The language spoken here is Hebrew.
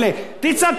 תצעקו.